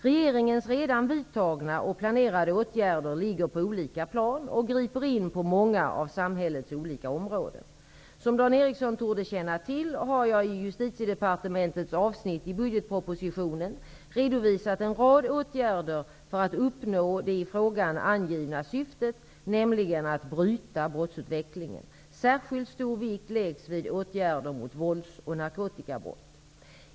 Regeringens redan vidtagna och planerade åtgärder ligger på olika plan och griper in på många av samhällets olika områden. Som Dan Ericsson torde känna till har jag i Justitiedepartementets avsnitt i budgetpropositionen redovisat en rad åtgärder för att uppnå det i frågan angivna syftet, nämligen att bryta brottsutvecklingen. Särskilt stor vikt läggs vid åtgärder mot vålds och narkotikabrott.